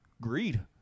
Greed